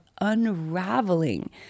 unraveling